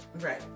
right